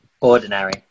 Ordinary